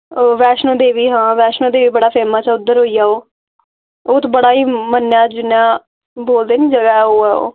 वैश्णो देवी हां वैश्णो देवी बड़ा फेमस ऐ उद्धर होई आओ ओह् ते बड़ा ही मन्नेआ जन्नेआ बोलदे नी जगह् ओह् ऐ ओह्